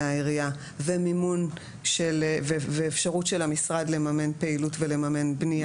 העירייה ואפשרות של המשרד לממן פעילות ולממן בנייה.